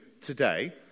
today